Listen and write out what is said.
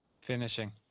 finishing